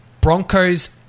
Broncos